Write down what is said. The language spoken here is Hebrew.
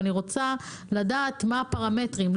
ואני רוצה לדעת מה הפרמטרים,